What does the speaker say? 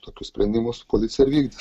tokius sprendimus policija ir vykdys